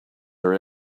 are